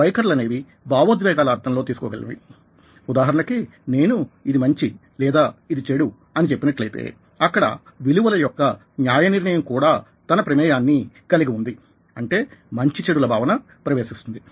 వైఖరులనేవి భావోద్వేగాల అర్థంలో తీసుకో కలిగినవి ఉదాహరణకి నేను ఇది మంచి లేదా ఇది చెడు అని చెప్పినట్లయితే అక్కడ విలువల యొక్క న్యాయ నిర్ణయం కూడా తన ప్రమేయాన్ని కలిగి ఉంది అంటే మంచి చెడుల భావన ప్రవేశిస్తుంది